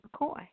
McCoy